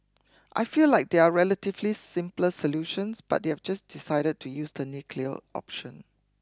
I feel like there are relatively simpler solutions but they just decided to use the nuclear option